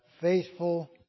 faithful